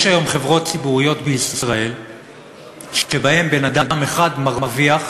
יש היום חברות ציבוריות בישראל שבהן בן-אדם אחד מרוויח